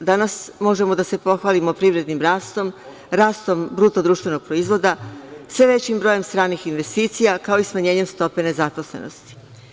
Danas možemo da se pohvalimo privrednim rastom, rastom BDP-a, sve većim brojem stranih investicija, kao i smanjenjem stope nezaposlenosti.